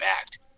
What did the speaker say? act